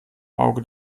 auge